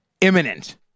imminent